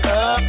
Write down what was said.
up